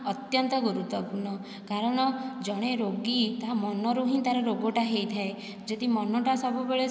ଅତ୍ୟନ୍ତ ଗୁରୁତ୍ଵପୂର୍ଣ୍ଣ କାରଣ ଜଣେ ରୋଗୀ ତାହା ମନରୁ ହିଁ ତାର ରୋଗଟା ହୋଇଥାଏ ଯଦି ମନଟା ସବୁବେଳେ